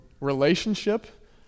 relationship